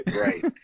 Right